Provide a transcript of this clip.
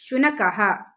शुनकः